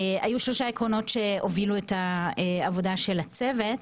היו שלושה עקרונות שהובילו את העבודה של הצוות,